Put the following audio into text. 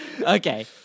Okay